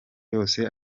yose